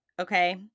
okay